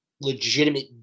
legitimate